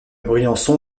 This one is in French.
briançon